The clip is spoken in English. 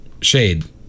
Shade